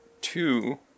two